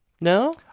No